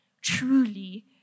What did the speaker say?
truly